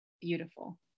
beautiful